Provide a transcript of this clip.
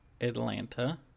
Atlanta